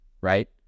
right